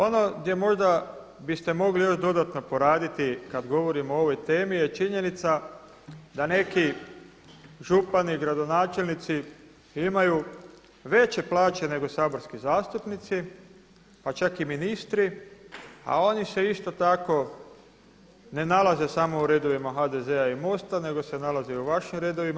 Ono gdje možda biste mogli još dodatno poraditi kada govorimo o ovoj temi je činjenica da neki župani, gradonačelnici imaju veće plaće nego saborski zastupnici, pa čak i ministri a oni se isto tako ne nalaze samo u redovima HDZ-a i MOST-a nego se nalaze i u vašim redovima.